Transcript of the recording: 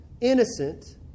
innocent